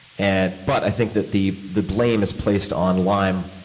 and but i think that the the blame is placed on lyme,